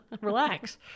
Relax